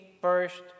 first